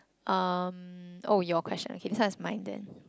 um oh your question okay this one is mine then